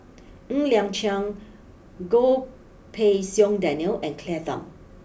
Ng Liang Chiang Goh Pei Siong Daniel and Claire Tham